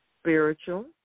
Spiritual